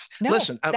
Listen